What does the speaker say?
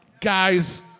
guys